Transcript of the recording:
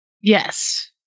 Yes